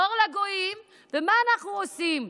אור לגויים, ומה אנחנו עושים?